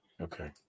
Okay